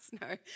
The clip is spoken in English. No